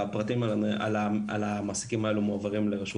הפרטים על המעסיקים האלו מועברים לרשות